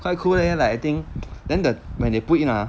quite cool leh like I think then the when they put in ah